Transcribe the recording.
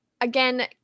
again